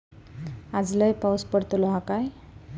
आज लय पाऊस पडतलो हा काय?